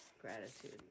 gratitude